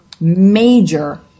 major